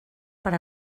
per